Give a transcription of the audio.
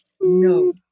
No